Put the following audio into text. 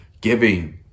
giving